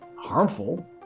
harmful